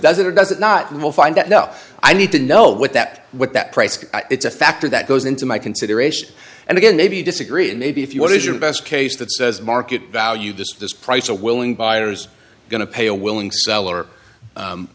does it or does it not you will find that no i need to know what that what that price it's a factor that goes into my consideration and again maybe you disagree and maybe if you what is your best case that says market value this this price are willing buyers are going to pay a willing seller